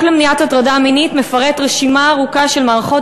החוק למניעת הטרדה מינית מפרט רשימה ארוכה של מערכות